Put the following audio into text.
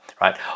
right